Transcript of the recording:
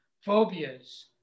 phobias